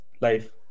life